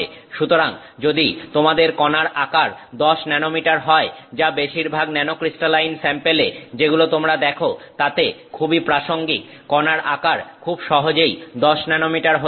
সুতরাং যদি তোমাদের কনার আকার 10 ন্যানোমিটার হয় যা বেশিরভাগ ন্যানোক্রিস্টালাইন স্যাম্পেলে যেগুলো তোমরা দেখো তাতে খুবই প্রাসঙ্গিক কনার আকার খুব সহজেই 10 ন্যানোমিটার হতে পারে